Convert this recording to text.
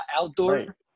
outdoor